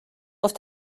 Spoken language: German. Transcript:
auf